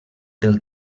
del